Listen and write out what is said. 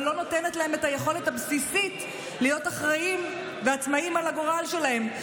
אבל לא נותנת להם את היכולת הבסיסית להיות עצמאיים ואחראים לגורל שלהם.